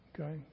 okay